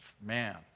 man